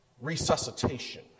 resuscitation